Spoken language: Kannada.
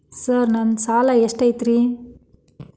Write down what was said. ಸರ್ ನನ್ನ ಸಾಲಾ ಎಷ್ಟು ಐತ್ರಿ?